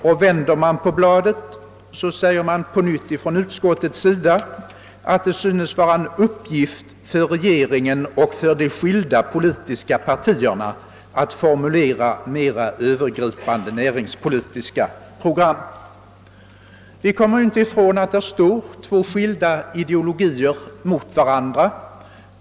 Och vänder man på bladet, finner man att utskottet på nytt säger, att det synes vara en uppgift för regeringen och för de skilda politiska partierna att formulera mera Övergripande <näringspolitiska program. Vi kommer inte ifrån, att två skilda ideologier står mot varandra.